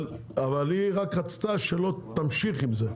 אבל היא רצתה שלא תמשיך עם זה.